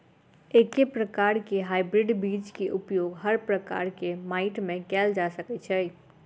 एके प्रकार केँ हाइब्रिड बीज केँ उपयोग हर प्रकार केँ माटि मे कैल जा सकय छै?